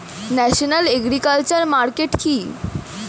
National agriculture market কি?